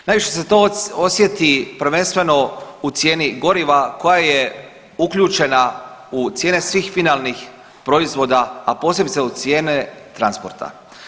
Najviše se to osjeti prvenstveno u cijeni goriva koja je uključena u cijene svih finalnih proizvoda, a posebice u cijene transporta.